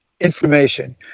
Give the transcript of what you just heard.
information